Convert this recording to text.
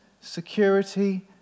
security